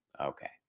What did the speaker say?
Okay